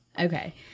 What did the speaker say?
Okay